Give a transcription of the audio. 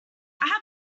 have